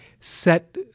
set